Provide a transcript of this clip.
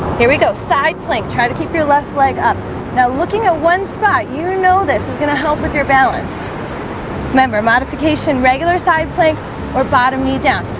here we go side plank. try to keep your left leg up now looking at one spot, you know this is gonna help with your balance remember modification regular side plank or bottom knee down.